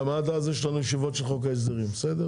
כי עד אז יש לנו ישיבות של חוק ההסדרים בסדר?